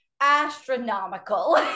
astronomical